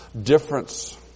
difference